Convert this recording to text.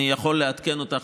אני יכול לעדכן אותך,